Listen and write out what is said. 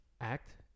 act